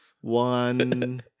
One